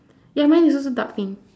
ya mine is also dark pink